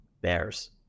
Bears